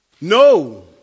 No